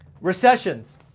Recessions